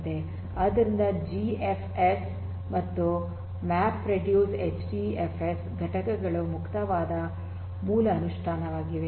ಆದ್ದರಿಂದ ಜಿಎಫ್ಎಸ್ ಮತ್ತು MapReduce HDFS ಘಟಕಗಳು ಮುಕ್ತವಾದ ಮೂಲ ಅನುಷ್ಠಾನವಾಗಿವೆ